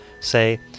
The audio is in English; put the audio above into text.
Say